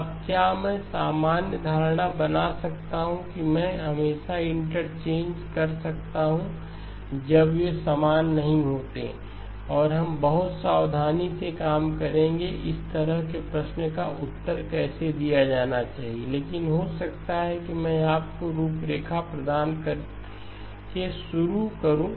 अब क्या मैं यह सामान्य धारणा बना सकता हूं कि मैं हमेशा इंटरचेंज कर सकता हूं जब वे समान नहीं होते हैं और हम बहुत सावधानी से काम करेंगे कि इस तरह के प्रश्न का उत्तर कैसे दिया जाना चाहिए लेकिन हो सकता है कि मैं आपको रूपरेखा प्रदान करके शुरू करूं